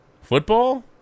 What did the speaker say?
football